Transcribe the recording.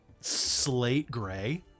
slate-gray